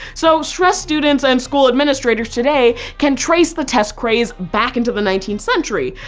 so stressed students and school administrators today can trace the test craze back into the nineteenth century.